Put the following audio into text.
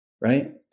right